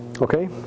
Okay